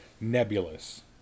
nebulous